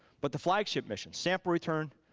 but the flagship missions, sample return,